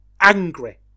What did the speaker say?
Angry